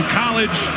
college